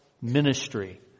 ministry